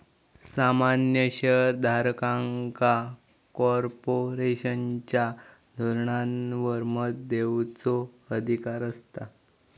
सामान्य शेयर धारकांका कॉर्पोरेशनच्या धोरणांवर मत देवचो अधिकार असता